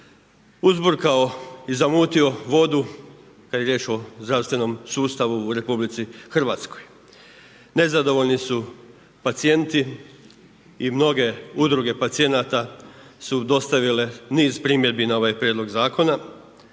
uzburkao i zamutio vodu kad je riječ o zdravstvenom sustavu u RH. Nezadovoljni su pacijenti i mnoge udruge pacijenata su dostavile niz primjedbi na ovaj prijedlog zakona,